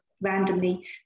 randomly